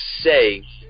say